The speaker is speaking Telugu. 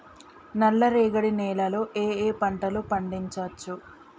నల్లరేగడి నేల లో ఏ ఏ పంట లు పండించచ్చు?